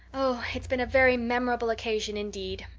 oh, it's been a very memorable occasion indeed.